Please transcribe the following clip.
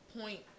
Point